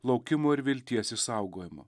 laukimo ir vilties išsaugojimo